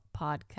podcast